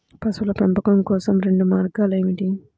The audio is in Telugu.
పశువుల పెంపకం కోసం రెండు మార్గాలు ఏమిటీ?